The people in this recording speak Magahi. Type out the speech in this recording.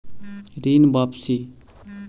ऋण वापसी?